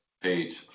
page